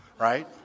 Right